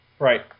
Right